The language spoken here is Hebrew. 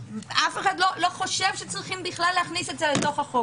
אף אחד לא חושב בכלל שצריך להכניס את זה לחוק.